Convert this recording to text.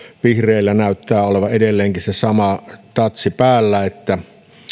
vihreillä näyttää olevan edelleenkin se sama tatsi päällä että